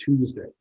Tuesday